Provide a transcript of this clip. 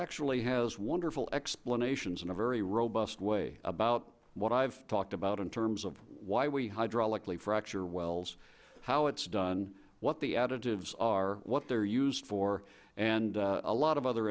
actually has wonderful explanations in a very robust way about what i've talked about in terms of why we hydraulically fracture wells how it's done what the additives are what they're used for and a lot of other